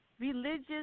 religious